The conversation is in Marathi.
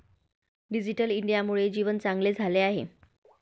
डिजिटल इंडियामुळे जीवन चांगले झाले आहे